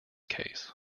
case